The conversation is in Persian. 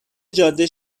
جاده